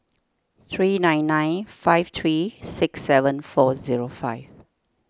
three nine nine five three six seven four zero five